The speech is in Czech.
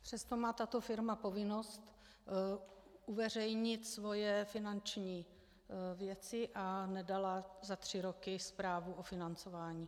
Přesto má tato firma povinnost uveřejnit svoje finanční věci a nedala za tři roky zprávu o financování.